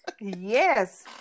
Yes